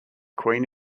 queen